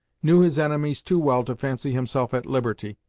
knew his enemies too well to fancy himself at liberty,